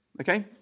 Okay